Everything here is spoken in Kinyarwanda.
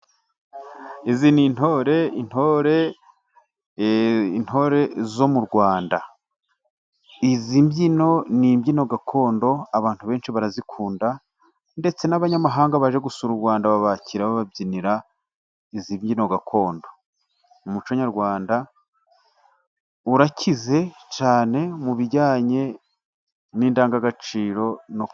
Izi ni intore, intore zo mu Rwanda. Izi mbyino, ni imbyino gakondo abantu benshi barazikunda, ndetse n'abanyamahanga baje gusura u Rwanda babakira bababyinira izi mbyino gakondo. Umuco nyarwanda, urakize cyane mu bijyanye n'indangagaciro no kubyina.